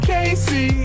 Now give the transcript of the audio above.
Casey